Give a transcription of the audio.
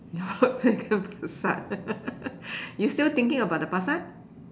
Volkswagen Passat you still thinking about the Passat